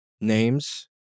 names